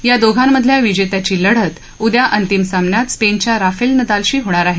या दोघांमधल्या विजेत्याची लढत उद्या अंतिम सामन्यात स्पेनच्या राफेल नदालशी होणार आहे